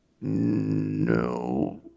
No